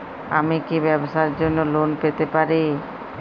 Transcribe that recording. আমি কি ব্যবসার জন্য লোন পেতে পারি?